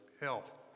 health